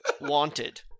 Wanted